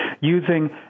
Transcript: using